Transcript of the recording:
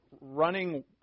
running